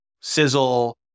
Sizzle